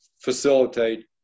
facilitate